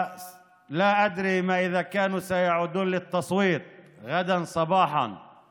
ואני לא יודע אם הם יחזרו להצביע מחר בבוקר או לא.